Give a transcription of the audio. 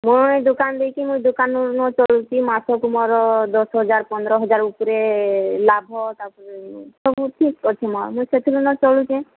ମୁଇଁ ଦୋକାନ ଦେଇକିରି ମୁଈ ଦୋକାନ ରୁ ନୁ ଚଲୁଛି ମାସକୁ ମୋର ଦଶ ହଜାର ପନ୍ଦର ହଜାର ଉପରେ ଲାଭ ତାପରେ ସବୁ ଠିକ୍ ଅଛି ମୁଇ ସେହିଥିରୁ ନୁ ଚଳୁଛେଁ